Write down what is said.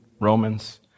Romans